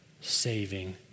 saving